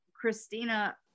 Christina